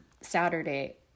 Saturday